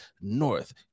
north